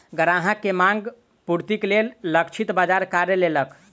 ग्राहक के मांग पूर्तिक लेल लक्षित बाजार कार्य केलक